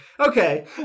Okay